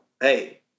hey